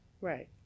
Right